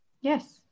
Yes